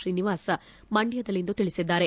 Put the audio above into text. ಶ್ರೀನಿವಾಸ್ ಮಂಡ್ಚದಲ್ಲಿಂದು ತಿಳಿಸಿದ್ದಾರೆ